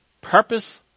purpose